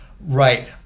Right